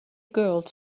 girls